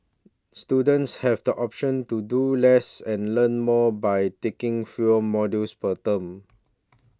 students have the option to do less and learn more by taking fewer modules per term